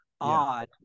odd